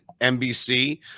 NBC